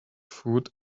food